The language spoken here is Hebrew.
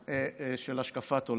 של השקפת עולם.